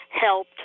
helped